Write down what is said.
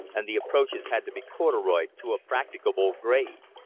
and the approaches had to be corduroyed to a practicable grade.